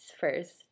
first